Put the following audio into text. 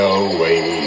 away